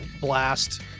blast